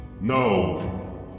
No